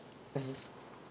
mmhmm